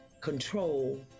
control